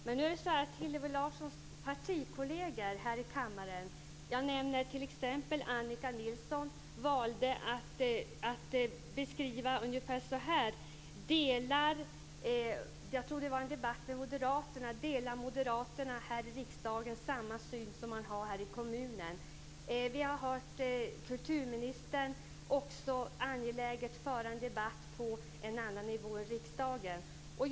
Men en av Hillevi Larssons partikolleger här i kammaren - jag nämner Annika Nilsson - valde att säga ungefär så här i en debatt med, tror jag, en moderat: Delar moderaterna här i riksdagen den syn som man har här i kommunen? Vi har också hört kulturministern angeläget föra en debatt på en annan nivå än riksdagsnivån.